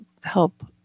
help